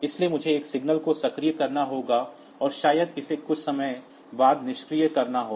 इसलिए मुझे एक सिग्नल को सक्रिय करना होगा और शायद इसे कुछ समय बाद निष्क्रिय करना होगा